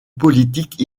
politique